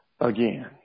Again